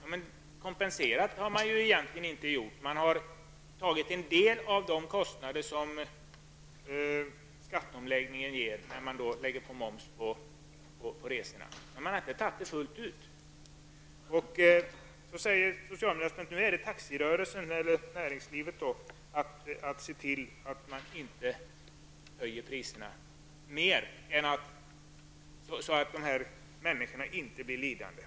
Men kompenserat har man ju egentligen inte. Man har tagit en del av de kostnader som skatteomläggningen ger när man lägger på moms på resorna, men man har inte tagit dem fullt ut. Så säger socialministern att det nu är taxirörelsens eller näringslivets sak att se till att man inte höjer priserna mer, så att de här människorna inte blir lidande.